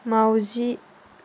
मावजि